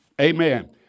Amen